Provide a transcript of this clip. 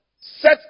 set